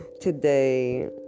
today